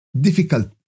difficult